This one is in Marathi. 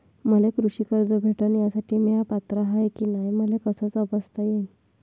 मले कृषी कर्ज भेटन यासाठी म्या पात्र हाय की नाय मले कस तपासता येईन?